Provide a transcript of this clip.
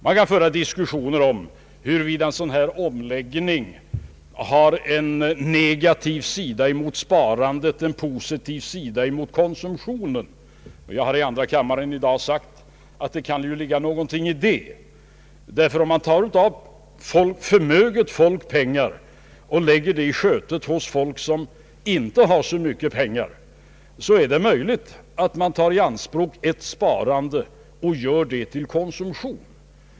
Det kan diskuteras huruvida en sådan här omläggning verkar negativt gentemot sparandet och positivt mot konsumtionen. Jag har i dag i andra kammaren sagt att det kan ligga någonting i det, ty om man tar pengar från förmöget folk och lägger dem i skötet hos folk som inte har så mycket pengar, så är det möjligt att man tar i anspråk ett sparande och gör det till konsumtion.